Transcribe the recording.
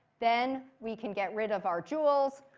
then we can get rid of our joules.